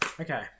Okay